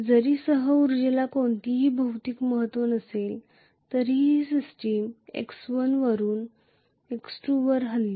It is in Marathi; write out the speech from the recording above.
जरी सह उर्जेला कोणतेही भौतिक महत्त्व नसले तरीही सिस्टम x1 वरून x2 वर हलली